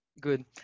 Good